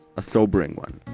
a sobering one.